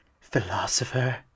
philosopher